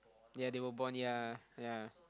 yea they were born yea yea